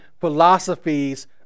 philosophies